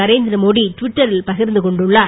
நரேந்திரமோடி டுவிட்டரில் பகிர்ந்து கொண்டுள்ளார்